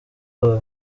aba